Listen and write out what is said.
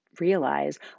realize